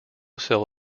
sell